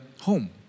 home